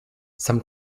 some